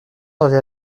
d’aller